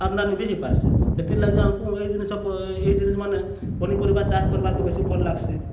ଆମ୍ଦାନୀ ବି ହେଇପାର୍ସି ସେଥିର୍ଲାଗି ଆମ୍କୁ ଇ ଜିନିଷ୍ ଇ ଜିନିଷ୍ମାନେ ପନିପରିବା ଚାଷ କର୍ବାର୍କେ ବେଶୀ ଭଲ୍ ଲାଗ୍ସି